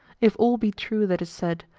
if all be true that is said,